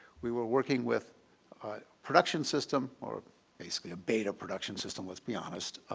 we were working with production system or basically a beta production system, let's be honest,